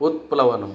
उत्प्लवनम्